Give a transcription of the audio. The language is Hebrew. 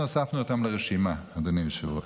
אנחנו הוספנו אותם לרשימה, אדוני היושב-ראש.